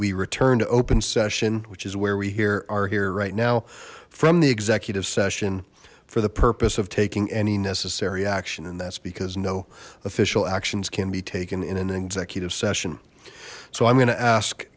we return to open session which is where we here are here right now from the executive session for the purpose of taking any necessary action and that's because no official actions can be taken in an executive session so i'm go